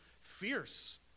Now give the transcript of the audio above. fierce